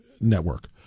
network